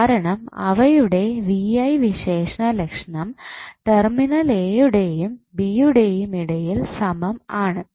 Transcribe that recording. കാരണം അവയുടെ V I വിശേഷലക്ഷണം ടെർമിനൽ a യുടെയും b യുടെയും ഇടയിൽ സമം ആണ്